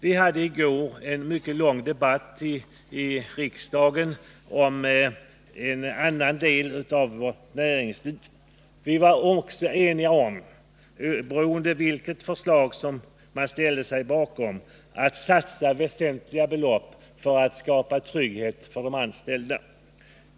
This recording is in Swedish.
Vi hade i går en mycket lång debatt i riksdagen om en annan del av vårt näringsliv. Vi var också då — vilket förslag man än ställde sig bakom — eniga om att satsa väsentliga belopp för att skapa trygghet för de anställda.